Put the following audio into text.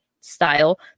style